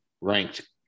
ranked